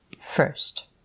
First